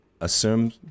assume